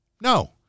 No